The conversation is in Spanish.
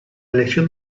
elección